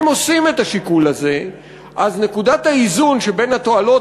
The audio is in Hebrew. שאם עושים את השיקול הזה אז נקודת האיזון שבין התועלות